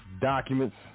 documents